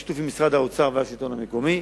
בשיתוף משרד האוצר והשלטון המקומי.